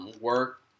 Work